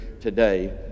today